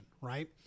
right